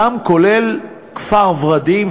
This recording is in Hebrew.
כולל כפר-ורדים,